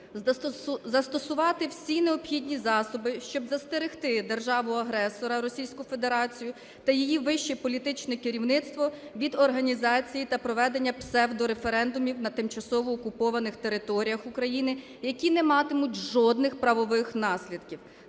застосувати всі необхідні засоби, щоб застерегти державу-агресора - Російську Федерацію та її вище політичне керівництво від організації та проведення псевдореферендумів на тимчасово окупованих територіях України, які не матимуть жодних правових наслідків;